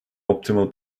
optimal